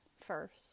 first